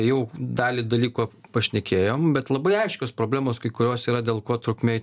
jau dalį dalykų pašnekėjom bet labai aiškios problemos kai kurios yra dėl ko trukmė